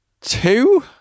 two